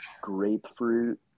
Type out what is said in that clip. grapefruit